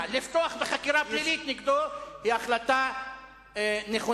לפתוח בחקירה פלילית נגדו היא החלטה נכונה,